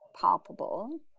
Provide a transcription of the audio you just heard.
palpable